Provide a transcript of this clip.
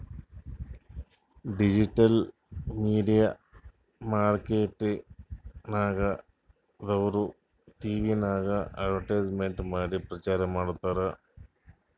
digital media marketing ದವ್ರು ಟಿವಿನಾಗ್ advertisement ಮಾಡಿ ಪ್ರಚಾರ್ ಮಾಡ್ತಾರ್